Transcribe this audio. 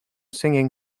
singing